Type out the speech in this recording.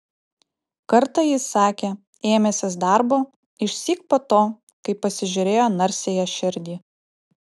kartą jis sakė ėmęsis darbo išsyk po to kai pasižiūrėjo narsiąją širdį